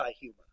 humor